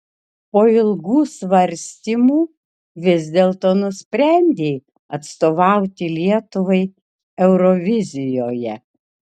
po ilgų svarstymų vis dėlto nusprendei atstovauti lietuvai eurovizijoje